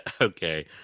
Okay